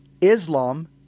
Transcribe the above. Islam